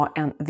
en